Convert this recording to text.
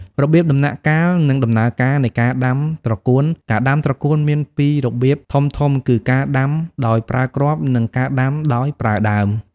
របៀប ដំណាក់កាល និងដំណើរការនៃការដាំត្រកួនការដាំត្រកួនមានពីររបៀបធំៗគឺ ការដាំដោយប្រើគ្រាប់ និង ការដាំដោយប្រើដើម។